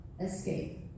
escape